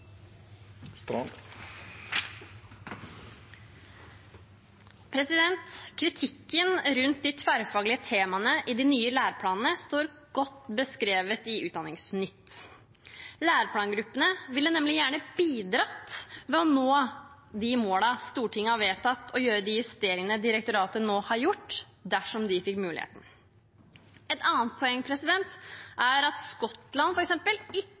Kritikken rundt de tverrfaglige temaene i de nye læreplanene står godt beskrevet på Utdanningsnytt.no. Læreplangruppene ville nemlig gjerne bidratt, ved å nå de målene Stortinget har vedtatt, og gjøre de justeringene direktoratet nå har gjort, dersom de fikk muligheten. Et annet poeng er at Skottland, f.eks., ikke